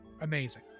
amazing